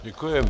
Děkuji.